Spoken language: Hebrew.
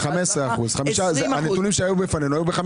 ב-15% לפי הנתונים שהיו בפנינו.